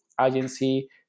agency